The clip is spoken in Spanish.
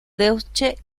deutsche